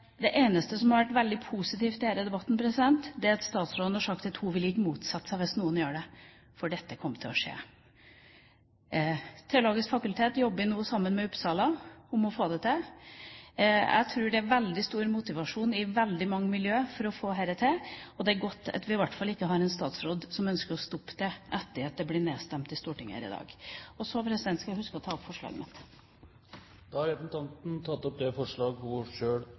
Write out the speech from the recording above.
statsråden har sagt at hun ikke vil motsette seg det hvis noen gjør det, for dette kommer til å skje. Det teologiske fakultet jobber nå sammen med Uppsala om å få det til. Jeg tror det er veldig stor motivasjon i veldig mange miljøer for å få dette til, og det er godt at vi i hvert fall ikke har en statsråd som ønsker å stoppe det, etter at det blir nedstemt i Stortinget i dag. Og så skal jeg huske å ta opp forslaget mitt. Da har representanten Trine Skei Grande tatt opp det forslaget hun